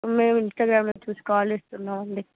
మేము ఇన్స్టాగ్రామ్లో చూసి కాల్ చేస్తున్నాము అండి